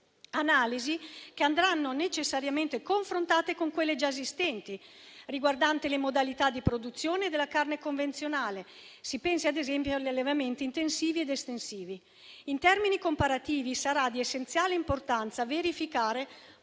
Analisi che andranno necessariamente confrontate con quelle già esistenti, riguardanti le modalità di produzione della carne convenzionale. Si pensi ad esempio agli allevamenti intensivi ed estensivi. In termini comparativi sarà di essenziale importanza verificare